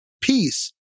peace